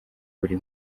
buri